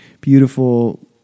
beautiful